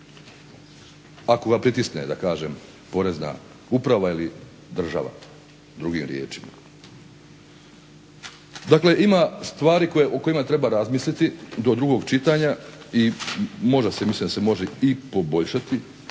ako ga pritisne porezna uprava ili država, drugim riječima. Dakle, ima stvari o kojima treba razmisliti do drugog čitanja i mislim da se može i poboljšati